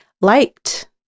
liked